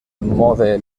mode